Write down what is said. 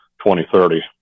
2030